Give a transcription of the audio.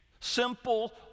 Simple